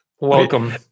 Welcome